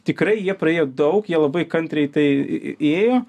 tikrai jie praėjo daug jie labai kantriai tai ėjo